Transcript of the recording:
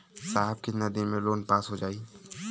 साहब कितना दिन में लोन पास हो जाई?